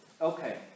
Okay